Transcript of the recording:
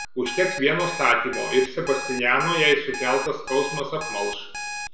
užteks vieno statymo ir sebastiano jai sukeltas skausmas apmalš